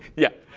yeah?